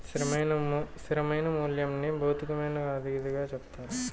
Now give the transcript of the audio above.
స్థిరమైన మూల్యంని భౌతికమైన అతిథిగా చెప్తారు